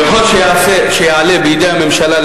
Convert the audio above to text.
כולם, כולל כולם.